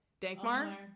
Dankmar